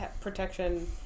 protection